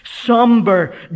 Somber